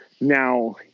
Now